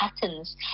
patterns